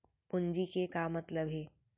पूंजी के का मतलब हे?